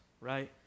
right